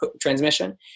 transmission